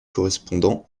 correspondant